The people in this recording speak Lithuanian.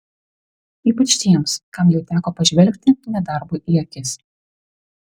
ypač tiems kam jau teko pažvelgti nedarbui į akis